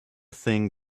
thing